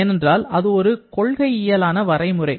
ஏனென்றால் அது ஒரு கொள்கையியலான வரைமுறை